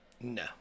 No